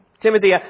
Timothy